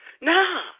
Nah